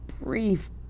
brief